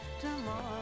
tomorrow